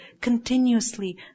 continuously